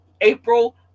April